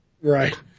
Right